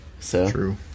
True